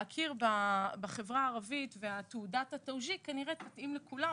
להכיר בחברה הערבית ותעודת התאוג'יק כנראה תתאים לכולם.